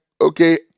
okay